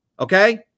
Okay